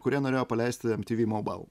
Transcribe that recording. kurie norėjo paleisti em ty vy mobail